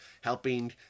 helping